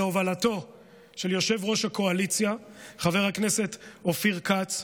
בהובלתו של יושב-ראש הקואליציה חבר הכנסת אופיר כץ.